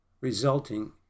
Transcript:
Resulting